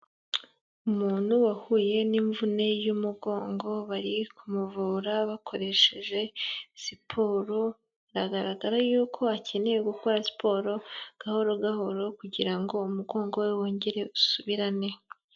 Umuntu wahuye n'imvune y'umugongo bari kumuvura bakoresheje siporo, biragaragara y'uko akeneye gukora siporo gahoro gahoro kugira ngo umugongo we wongere usubirane.